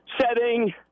setting